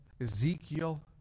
Ezekiel